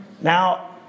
Now